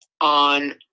on